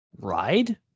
ride